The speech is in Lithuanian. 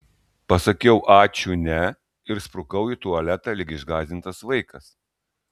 pasakiau ačiū ne ir sprukau į tualetą lyg išgąsdintas vaikas